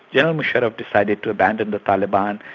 yeah musharraf decided to abandon the taliban,